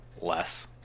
less